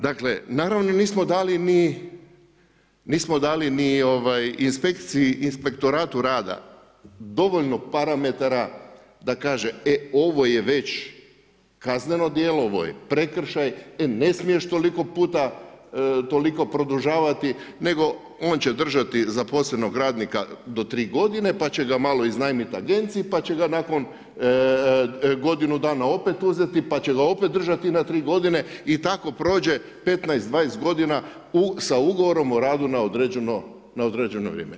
Dakle, naravno nismo dali ni inspekciji, inspektoratu rada dovoljno parametara da kaže e ovo je već kazneno djelo, ovo je prekršaj, e ne smiješ toliko produžavati, nego on će držati zaposlenog radnika do 3 godine pa će ga malo iznajmit agenciji, pa će ga nakon godinu dana opet uzeti pa će ga opet držati na 3 godine i tako prođe 15, 20 godina sa ugovorom o radu na određeno vrijeme.